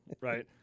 right